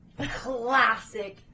classic